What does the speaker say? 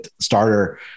starter